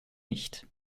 nicht